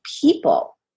people